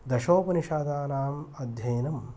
दशोपनिषदानाम् अध्ययनं